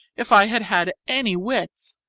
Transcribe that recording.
if i had had any wits.